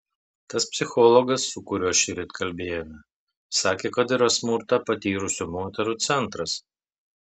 tas psichologas su kuriuo šįryt kalbėjome sakė kad yra smurtą patyrusių moterų centras